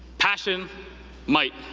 passion might.